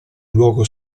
luogo